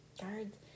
Guards